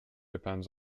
depends